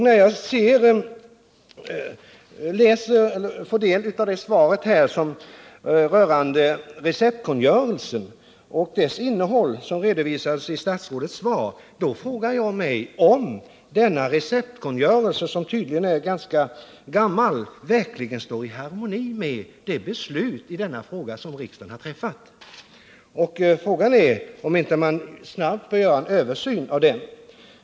När jag i statsrådets svar tar del av innehållet i receptkungörelsen frågar jag mig om denna receptkungörelse, som tydligen är ganska gammal, verkligen står i harmoni med de beslut som riksdagen fattat i fråga om narkotika. Frågan är om man inte snabbt bör göra en översyn av kungörelsen.